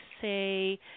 say